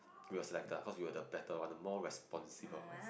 we were selected ah cause we're the better one more responsible one